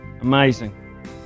Amazing